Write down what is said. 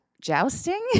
Jousting